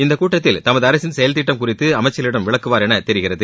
இந்தக் கூட்டத்தில் தமது அரசின் செயல் திட்டம் குறித்து அமைச்சர்களிடம் விளக்குவார் என தெரிகிறது